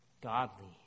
Godly